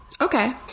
Okay